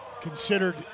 considered